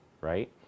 Right